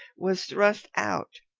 was thrust out.